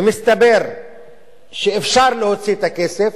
ומסתבר שאפשר להוציא את הכסף,